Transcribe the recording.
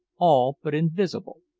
all but invisible.